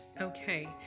Okay